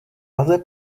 praze